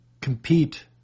compete